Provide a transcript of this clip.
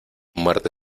muerte